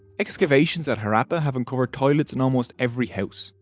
excavations at harappa have uncovered toilets in almost every house.